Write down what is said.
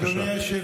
כשעושים